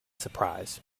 surprise